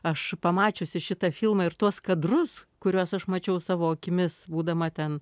aš pamačiusi šitą filmą ir tuos kadrus kuriuos aš mačiau savo akimis būdama ten